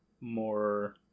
more